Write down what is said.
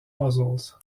puzzles